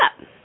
up